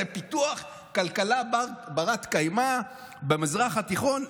זה פיתוח כלכלה בת-קיימא במזרח התיכון.